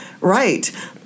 right